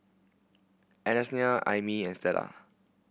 Ananias Aimee and Stella